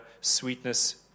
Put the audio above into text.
sweetness